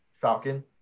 Falcon